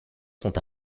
sont